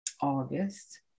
August